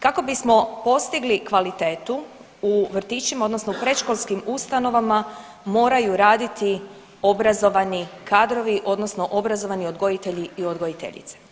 Kako bismo postigli kvalitetu u vrtićima odnosno u predškolskim ustanovama moraju raditi obrazovani kadrovi odnosno obrazovani odgojitelji i odgojiteljice.